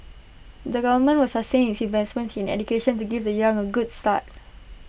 the government will sustain its investments in education to give the young A good start